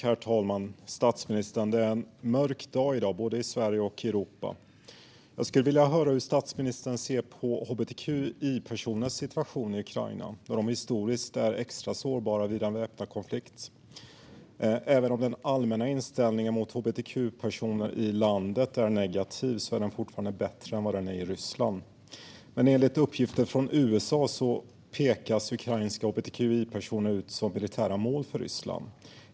Herr talman! Det är en mörk dag i både Sverige och Europa. Hur ser statsministern på hbtqi-personers situation i Ukraina? De är historiskt extra sårbara vid en väpnad konflikt. Även om den allmänna inställningen mot hbtqi-personer i Ukraina är negativ är den fortfarande bättre än i Ryssland. Enligt uppgifter från USA pekas ukrainska hbtqi-personer ut som militära mål för Ryssland.